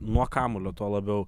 nuo kamuolio tuo labiau